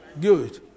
Good